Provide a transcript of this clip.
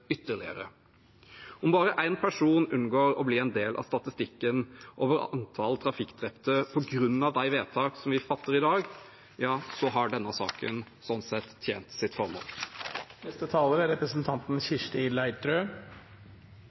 ytterligere. Om bare én person unngår å bli en del av statistikken over antall trafikkdrepte på grunn av de vedtak som vi fatter i dag, har denne saken sånn sett tjent sitt formål. Flere organisasjoner innenfor transport er